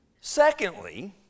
Secondly